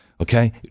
okay